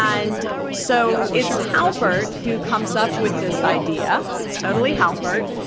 and so it's halpert who comes up with this idea. it's totally halpert,